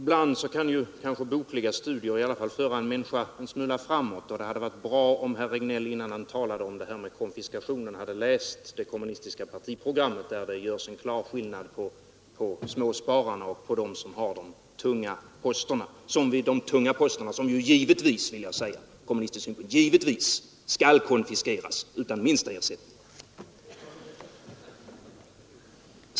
Fru talman! Ibland kan bokliga studier kanske föra en människa en smula framåt, och det hade varit bra om herr Regnéll innan han talade om denna konfiskation hade läst det kommunistiska partiprogrammet, där det görs en klar skillnad mellan småspararna och dem som äger de tunga posterna, som ur kommunistisk synpunkt givetvis skall konfiskeras utan minsta ersättning.